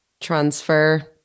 transfer